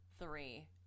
three